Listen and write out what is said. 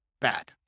bad